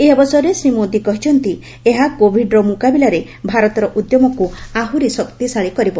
ଏହି ଅବସରରେ ଶ୍ରୀ ମୋଦୀ କହିଛନ୍ତି ଏହା କୋଭିଡ୍ର ମୁକାବିଲାରେ ଭାରତର ଉଦ୍ୟମକୁ ଆହୁରି ଶକ୍ତିଶାଳୀ କରିବ